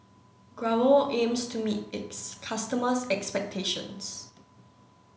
Growell aims to meet its customers' expectations